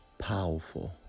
powerful